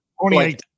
28